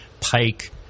Pike